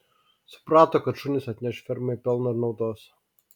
suprato kad šunys atneš fermai pelno ir naudos